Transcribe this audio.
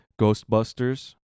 Ghostbusters